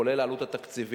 כולל העלות התקציבית,